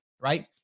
right